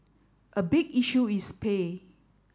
a big issue is pay